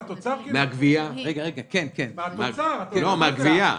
מהתוצר או מהגבייה?